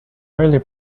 early